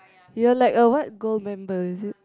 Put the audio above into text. you're like a what gold member is it